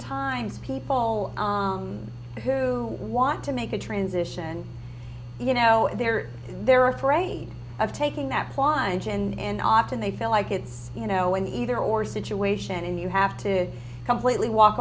times people who want to make a transition you know they're they're afraid of taking that client and often they feel like it's you know an either or situation and you have to completely walk